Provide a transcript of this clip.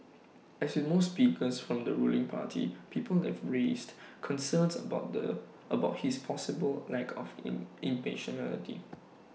as with most speakers from the ruling party people have raised concerns about the about his possible lack of im impartiality